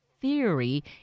theory